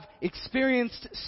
experienced